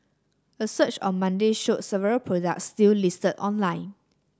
a search on Monday showed several products still listed online